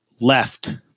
left